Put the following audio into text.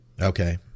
Okay